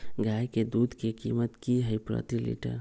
गाय के दूध के कीमत की हई प्रति लिटर?